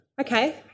Okay